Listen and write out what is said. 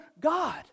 God